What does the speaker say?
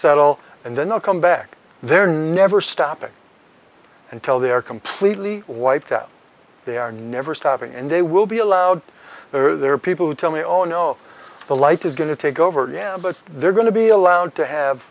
settle and then they'll come back they're never stopping until they're completely wiped out they are never stopping and they will be allowed there are people who tell me oh no the light is going to take over again but they're going to be allowed to have